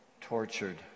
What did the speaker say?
tortured